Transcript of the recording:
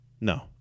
No